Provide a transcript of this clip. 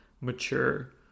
mature